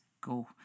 go